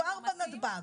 כבר בנתב"ג.